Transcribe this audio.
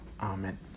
Amen